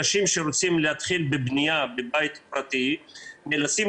אנשים שרוצים להתחיל בבניית בית פרטי נאלצים